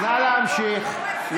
נא להמשיך.